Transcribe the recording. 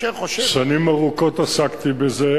שנים ארוכות עסקתי בזה,